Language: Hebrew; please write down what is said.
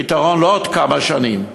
פתרון לעוד כמה שנים.